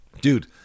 Dude